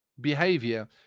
behavior